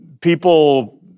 people